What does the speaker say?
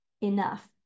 enough